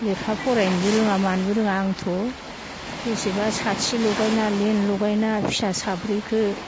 लेखा फरायनोबो रोङा मानोबो रोङा आंथ' बेसेबा साथि लगायना लेम्प लगायना फिसा साब्रैखो